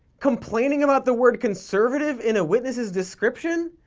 complaining about the word conservative in a witness's description?